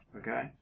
Okay